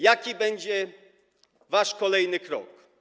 Jaki będzie wasz kolejny krok?